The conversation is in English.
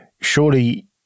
surely